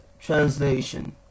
translation